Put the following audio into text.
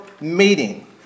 meeting